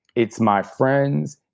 it's my friends.